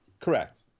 Correct